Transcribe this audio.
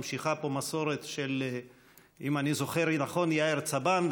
את ממשיכה פה מסורת של יאיר צבן,